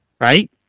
right